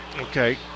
Okay